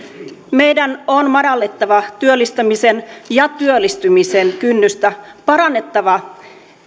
meidän on madallettava työllistämisen ja työllistymisen kynnystä parannettava